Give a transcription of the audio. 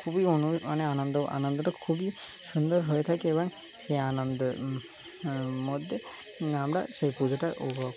খুবইনু মানে আনন্দ আনন্দটা খুবই সুন্দর হয়ে থাকে এবং সেই আনন্দ মদ্যে আমরা সেই পুজোটার উপভোগ